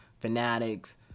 fanatics